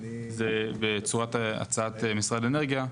היא בצורה של הצעת משרד האנרגיה,